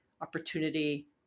opportunity